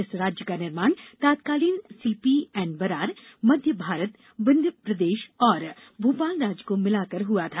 इस राज्य का निर्माण तत्कालीन सीपी एंड बरार मध्यभारत विन्ध्यप्रदेश और भोपाल राज्य को मिलाकर हुआ था